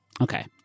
Okay